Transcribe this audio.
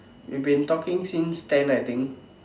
we've been talking since ten I think